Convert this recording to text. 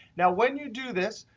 now, when you do this,